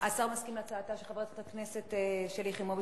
השר מסכים להצעתה של חברת הכנסת שלי יחימוביץ,